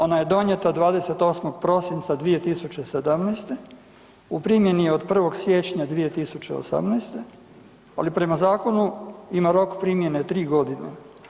Ona je donijeta 28. prosinca 2017., u primjeni je od 1. siječnja 2018. ali prema zakonu ima rok primjene 3 godine.